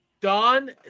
Don